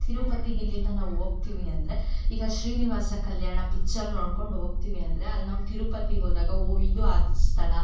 ತಿರುಪತಿಗೆ ಇಲ್ಲಿಂದ ನಾವು ಹೋಗ್ತೀವಿ ಅಂದರೆ ಈಗ ಶ್ರೀನಿವಾಸ ಕಲ್ಯಾಣ ಪಿಚ್ಚರ್ ನೋಡಿಕೊಂಡು ಹೋಗ್ತೀವಿ ಅಂದರೆ ಅಲ್ಲಿ ನಾವು ತಿರುಪತಿಗೆ ಹೋದಾಗ ಓ ಇದು ಆ ಸ್ಥಳ